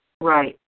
Right